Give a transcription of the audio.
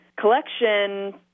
collection